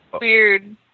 weird